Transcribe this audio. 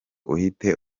uhite